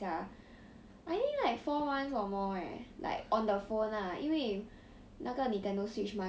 ya because like I play since the start of circuit breaker eh which is like damn long already sia